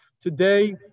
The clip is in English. Today